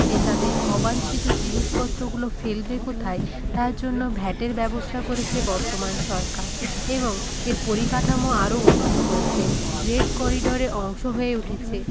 যে তাঁদের অবাঞ্ছিত জিনিসপত্রগুলো ফেলবে কোথায় তার জন্য ভ্যাটের ব্যবস্থা করেছে বর্তমান সরকার এবং এর পরিকাঠামো আরও উন্নত করেছে রেড করিডরের অংশ হয়ে উঠেছে